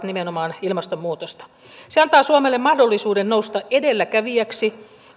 nimenomaan ilmastonmuutosta se antaa suomelle mahdollisuuden nousta edelläkävijäksi